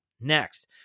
Next